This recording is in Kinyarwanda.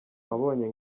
abonye